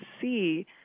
see